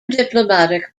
diplomatic